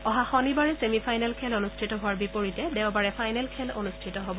অহা শনিবাৰে semi final খেল অনুষ্ঠিত হোৱাৰ বিপৰীতে দেওবাৰে ফাইনেল খেল অনুষ্ঠিত হব